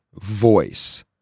voice